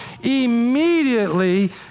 Immediately